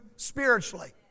Spiritually